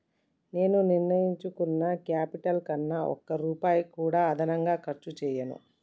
నేను నిర్ణయించుకున్న క్యాపిటల్ కన్నా ఒక్క రూపాయి కూడా అదనంగా ఖర్చు చేయను